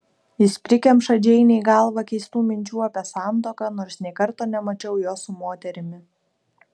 jis prikemša džeinei galvą keistų minčių apie santuoką nors nė karto nemačiau jo su moterimi